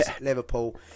Liverpool